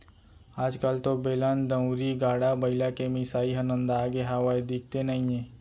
आज कल तो बेलन, दउंरी, गाड़ा बइला के मिसाई ह नंदागे हावय, दिखते नइये